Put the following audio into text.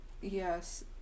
yes